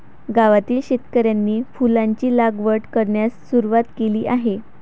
गावातील शेतकऱ्यांनी फुलांची लागवड करण्यास सुरवात केली आहे